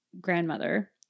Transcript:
grandmother